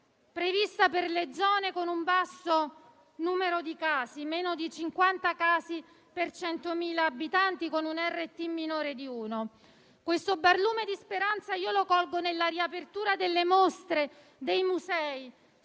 prevista per le zone con un basso numero di casi (meno di 50 casi per 100.000 abitanti, con un indice RT minore di 1). Questo barlume di speranza io lo colgo nella riapertura delle mostre e dei musei